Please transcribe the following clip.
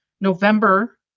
November